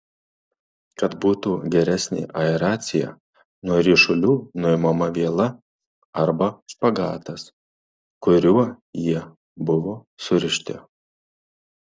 kad būtų geresnė aeracija nuo ryšulių nuimama viela arba špagatas kuriuo jie buvo surišti